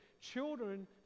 Children